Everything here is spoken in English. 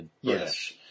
Yes